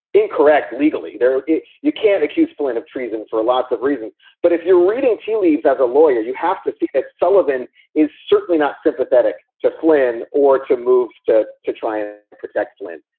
incorrect legally there. you can't accuse flynn of treason for lots of reasons. but if you're reading tea leaves as a lawyer, you have to see that sullivan is certainly not sympathetic to flynn or to moves to to try and protect flynn.